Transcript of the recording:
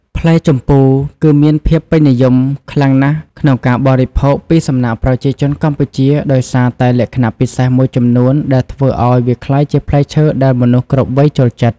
ផ្លែជម្ពូគឺមានភាពពេញនិយមខ្លាំងណាស់ក្នុងការបរិភោគពីសំណាក់ប្រជាជនកម្ពុជាដោយសារតែលក្ខណៈពិសេសមួយចំនួនដែលធ្វើឱ្យវាក្លាយជាផ្លែឈើដែលមនុស្សគ្រប់វ័យចូលចិត្ត។